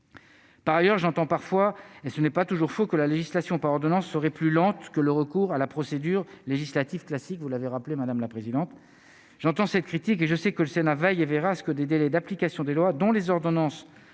Par ailleurs, j'entends parfois et ce n'est pas toujours faut que la législation par ordonnances serait plus lente que le recours à la procédure législative classique, vous l'avez rappelé, madame la présidente j'entends cette critique et je sais que le Sénat veille et verra ce que des délais d'application des lois dont les ordonnances